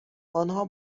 آنها